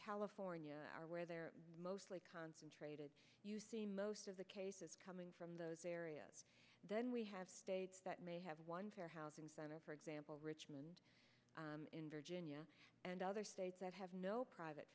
california are where they're mostly concentrated you see most of the cases coming from those areas then we have states that may have won fair housing center for example richmond in virginia and other states that have no private